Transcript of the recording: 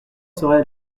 serait